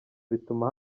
bituma